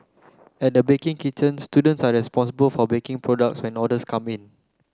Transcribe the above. at the baking kitchen students are responsible for baking products when orders come in